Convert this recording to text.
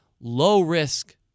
low-risk